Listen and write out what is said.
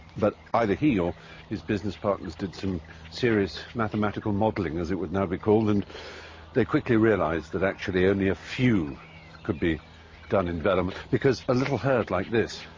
but either he or his business partners did some serious mathematical modelling, as it would now be called, and they quickly realised that actually only a few could be done in vellum. because a little herd like this,